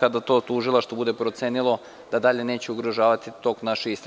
kada to tužilaštvo bude procenilo da dalje neće ugrožavati tok naše istrage.